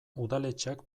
udaletxeak